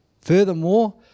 Furthermore